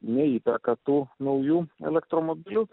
neįperka tų naujų elektromobilių